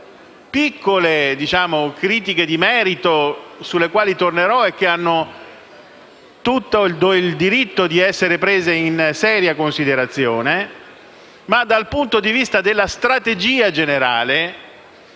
piccole critiche di merito, sulle quali tornerò e che hanno tutto il diritto di essere prese in seria considerazione, dal punto di vista della strategia generale